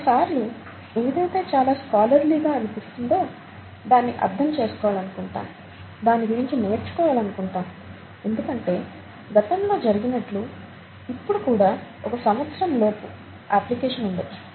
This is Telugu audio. కొన్నిసార్లు ఏదైతే చాలా స్కాలర్లీగా అనిపిస్తుందో దాన్ని అర్థం చేసుకోవాలనుకుంటాం దాని గురించి నేర్చుకోవాలనుకుంటాం ఎందుకంటే గతంలో జరిగినట్లు ఇప్పుడు కూడా ఒక సంవత్సరంలోపు అప్లికేషన్ ఉండొచ్చు